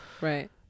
Right